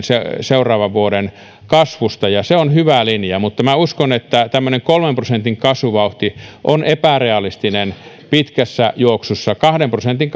seuraavan vuoden kasvusta ja se on hyvä linja mutta minä uskon että tämmöinen kolmen prosentin kasvuvauhti on epärealistinen pitkässä juoksussa kahden prosentin